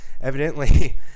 evidently